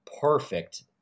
perfect